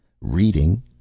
Reading